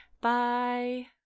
Bye